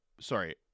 Sorry